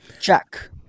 Check